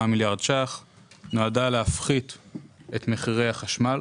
מיליארד ש"ח נועדה להפחית את מחירי החשמל,